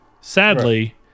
Sadly